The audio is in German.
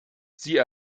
sie